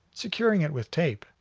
securing it with tape.